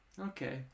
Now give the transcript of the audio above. Okay